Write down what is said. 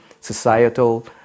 societal